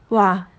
!wah!